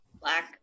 black